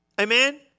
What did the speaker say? Amen